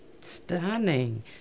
Stunning